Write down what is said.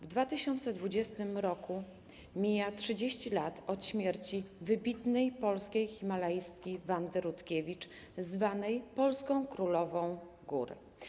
W 2022 r. mija 30 lat od śmierci wybitnej polskiej himalaistki Wandy Rutkiewicz, zwanej polską królową gór.